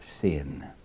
sin